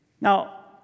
Now